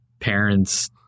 parents